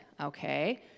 Okay